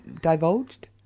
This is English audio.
divulged